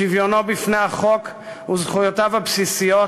שוויונו בפני החוק וזכויותיו הבסיסיות,